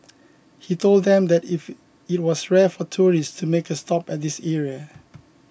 he told them that if it was rare for tourists to make a stop at this area